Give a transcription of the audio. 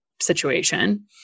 situation